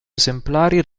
esemplari